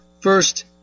First